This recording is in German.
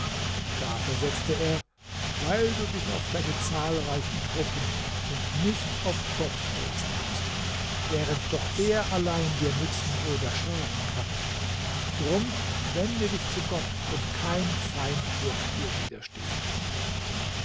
da versetzte er weil du dich auf deine zahlreichen truppen und nicht auf gott verlassen hast während doch er allein dir nützen oder schaden kann drum wende dich zu gott und kein feind wird dir widerstehen